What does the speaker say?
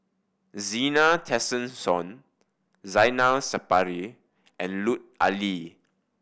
Zena Tessensohn Zainal Sapari and Lut Ali